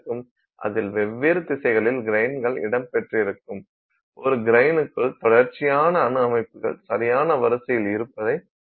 அதில் வெவ்வேறு திசைகளில் கிரைன்கள் இடம் பெற்றிருக்கும் ஒரு கிரைன்க்குள் தொடர்ச்சியான அணு அமைப்புகள் சரியான வரிசையில் இருப்பதைக் காண இயலும்